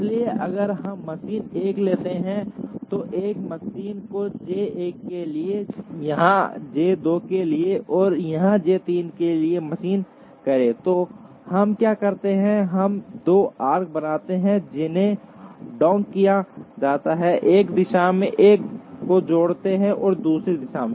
इसलिए अगर हम मशीन 1 लेते हैं तो 1 मशीन को J 1 के लिए यहाँ J 2 के लिए और यहाँ J 3 के लिए मशीन करें तो हम क्या करते हैं हम 2 आर्क्स बनाते हैं जिन्हें डॉट किया जाता है इस दिशा में 1 को जोड़ते हैं और दूसरी दिशा में